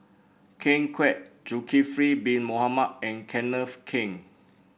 Ken Kwek Zulkifli Bin Mohamed and Kenneth Keng